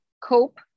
cope